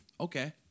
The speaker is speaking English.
Okay